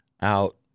out